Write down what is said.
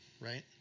Right